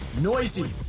Noisy